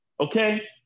Okay